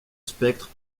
spectre